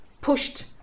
pushed